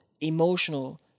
emotional